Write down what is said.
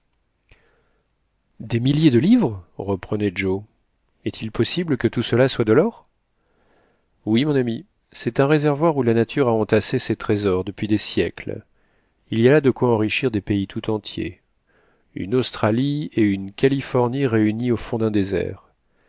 des milliers de livres reprenait joe est-il possible que tout cela soit de l'or oui mon ami c'est un réservoir où la nature a entassé ses trésors depuis des siècles il y a là de quoi enrichir des pays tout entiers une australie et une